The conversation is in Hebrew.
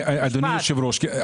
מאוד